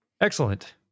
excellent